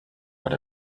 what